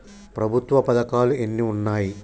ప్రభుత్వ పథకాలు ఎన్ని ఉన్నాయి?